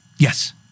Yes